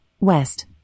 west